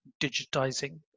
digitizing